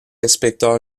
inspecteur